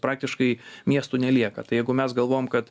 praktiškai miestų nelieka tai jeigu mes galvojom kad